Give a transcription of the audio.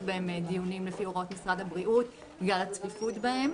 בהם דיונים לפי הוראות משרד הבריאות בגלל הצפיפות בהם,